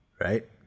Right